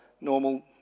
normal